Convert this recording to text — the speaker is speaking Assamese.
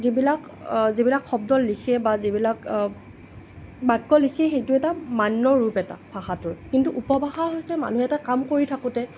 যিবিলাক যিবিলাক শব্দ লিখে বা যিবিলাক বাক্য লিখে সেইটো এটা মান্য ৰূপ এটা ভাষাটোৰ কিন্তু উপভাষা হৈছে মানুহ এটাৰ কাম কৰি থাকোঁতে